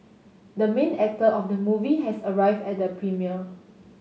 the main actor of the movie has arrived at the premiere